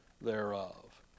thereof